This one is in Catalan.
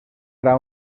ara